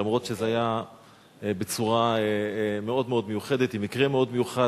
אף שזה היה בצורה מאוד מאוד מיוחדת עם מקרה מאוד מיוחד.